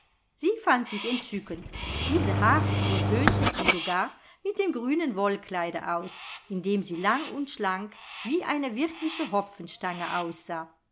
sie fand sich entzückend diese haartour söhnte sie sogar mit dem grünen wollkleide aus in dem sie lang und schlank wie eine wirkliche hopfenstange aussah